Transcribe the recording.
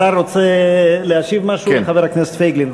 השר רוצה להשיב משהו לחבר הכנסת פייגלין?